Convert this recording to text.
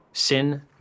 Sin